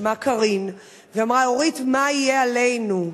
שמה קארין, והיא אמרה: אורית, מה יהיה עלינו?